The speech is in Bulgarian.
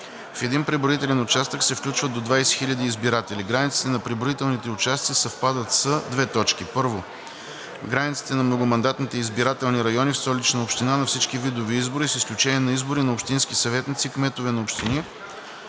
В един преброителен участък се включват до 20 000 избиратели. Границите на преброителните участъци съвпадат със: 1. границите на многомандатните избирателни райони в Столична община на всички видове избори, с изключение на избори на общински съветници, кметове на общини,